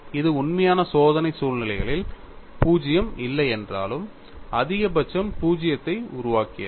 இது உண்மையான சோதனை சூழ்நிலைகளில் 0 இல்லை என்றாலும் அதிகபட்சம் 0 ஐ உருவாக்கியது